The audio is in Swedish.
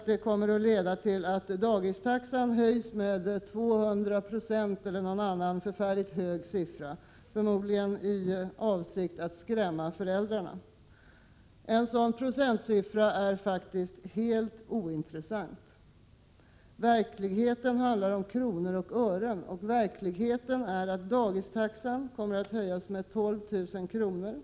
Det kommer att leda till att dagistaxan höjs med 200 22 eller någon annan förfärligt hög siffra, säger man, uppenbarligen i avsikt att skrämma föräldrarna. Procentsiffran är faktiskt helt ointressant. Verkligheten handlar om kronor och ören, och verkligheten är att dagistaxan kommer att höjas med 12 000 kr.